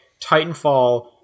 Titanfall